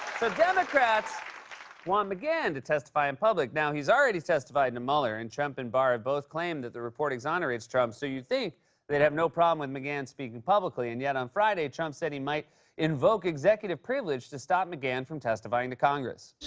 democrats want mcgahn to testify in public. now, he's already testified to mueller. and trump and barr have both claimed that the report exonerates trump. so you'd think they'd have no problem with mcgahn speaking publicly. and yet on friday, trump said he might invoke executive privilege to stop mcgahn from testifying to congress.